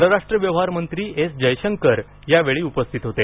परराष्ट्र व्यवहार मंत्री एस जयशंकर या वेळी उपस्थित होते